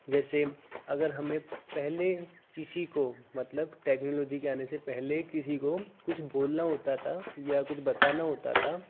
जैसे अगर हमें पहले किसी को मतलब टेक्नोलॉजी के आने से पहले किसी को कुछ बोलना होता था या कुछ बताना होता था